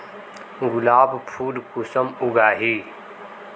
गुलाब फुल कुंसम उगाही?